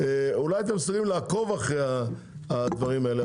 אולי אתם מסוגלים לעקוב אחרי הדברים האלה,